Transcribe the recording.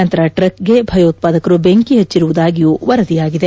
ನಂತರ ಟ್ರಕ್ಗೆ ಭಯೋತ್ವಾದಕರು ಬೆಂಕಿ ಹಚ್ಚಿರುವುದಾಗಿಯೂ ವರದಿಯಾಗಿದೆ